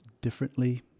differently